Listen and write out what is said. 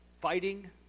fighting